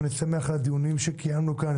אני שמח על הדיונים שקיימנו כאן.